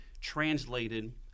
translated